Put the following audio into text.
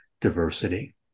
diversity